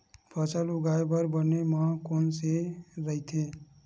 फसल उगाये बर बने माह कोन से राइथे?